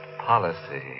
policy